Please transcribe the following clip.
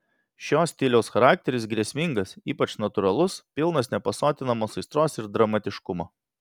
šio stiliaus charakteris grėsmingas ypač natūralus pilnas nepasotinamos aistros ir dramatiškumo